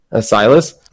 Silas